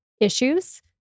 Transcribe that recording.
issues